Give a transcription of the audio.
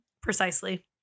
Precisely